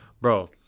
Bro